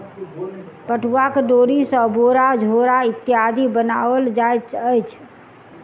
पटुआक डोरी सॅ बोरा झोरा इत्यादि बनाओल जाइत अछि